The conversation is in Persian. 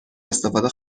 استفاده